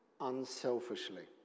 unselfishly